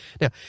Now